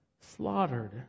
slaughtered